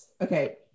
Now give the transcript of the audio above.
Okay